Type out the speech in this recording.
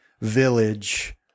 village